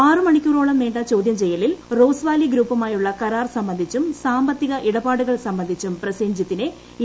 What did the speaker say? ആറ് മണിക്കൂറോളം നീണ്ട് ചോദ്യം ചെയ്യലിൽ റോസ് വാലി ഗ്രൂപ്പുമായുള്ള കാരാർ സംബന്ധിച്ചും സാമ്പത്തിക ഇടപാടുകൾ സംബന്ധിച്ചും പ്രസേൻജിത്തിനെ ഇ